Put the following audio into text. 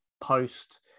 post